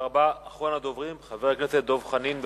גם עיריית לוד לא מוכנה לקבל אותו כשכונה של לוד